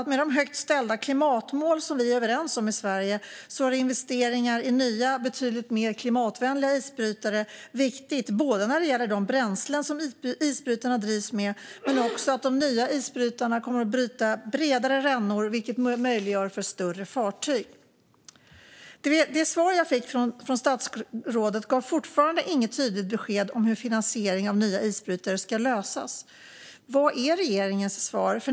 Med de högt ställda klimatmål som vi är överens om i Sverige är investeringar i nya och betydligt mer klimatvänliga isbrytare viktiga när det gäller de bränslen som isbrytarna drivs med. De nya isbrytarna kommer också att bryta bredare rännor, vilket möjliggör för större fartyg. Det svar jag fick från statsrådet gav fortfarande inget tydligt besked om hur finansieringen av nya isbrytare ska lösas. Vad är regeringens svar?